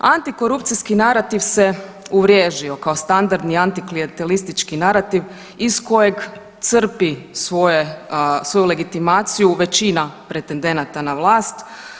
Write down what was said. Antikorupcijski narativ se uvriježio kao standardni antiklijentelistički narativ iz kojeg crpi svoje, svoju legitimaciju većina pretendenata na vlast.